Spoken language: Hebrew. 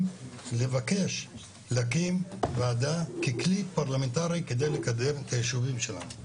לבקש להקים וועדה ככלי פרלמנטרי כדי לקדם את היישובים שלנו.